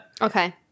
Okay